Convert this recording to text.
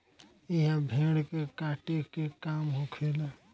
इहा भेड़ के काटे के काम होखेला